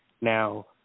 Now